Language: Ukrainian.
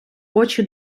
очі